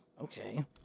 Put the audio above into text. Okay